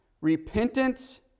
repentance